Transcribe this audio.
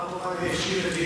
חבר הכנסת מלול,